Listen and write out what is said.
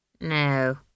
No